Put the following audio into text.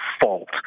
fault